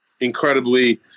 incredibly –